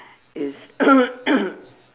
is